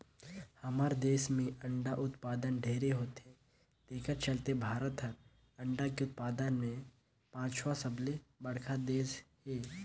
हमर देस में अंडा उत्पादन ढेरे होथे तेखर चलते भारत हर अंडा के उत्पादन में पांचवा सबले बड़खा देस हे